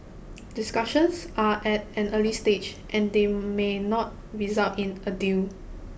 discussions are at an early stage and they may not result in a deal